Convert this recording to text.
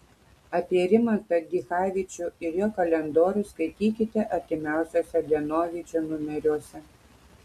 apie rimantą dichavičių ir jo kalendorius skaitykite artimiausiuose dienovidžio numeriuose